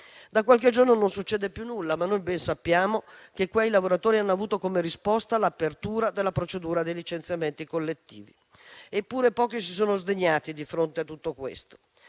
Da qualche giorno non succede più nulla, ma noi ben sappiamo che quei lavoratori hanno avuto come risposta l'apertura della procedura dei licenziamenti collettivi. Eppure, pochi si sono sdegnati di fronte a tutto questo.